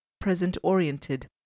present-oriented